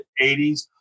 80s